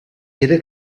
era